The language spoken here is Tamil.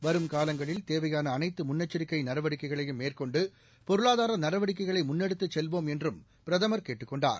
வரும் காலங்களில் தேவையான அனைத்து முன்னெச்சிக்கை நடவடிக்கைகளையும் மேற்கொண்டு பொருளாதார நடவடிக்கைகளை முன்னெடுத்துச் செல்வோம் என்றும் பிரதமர் கேட்டுக் கொண்டார்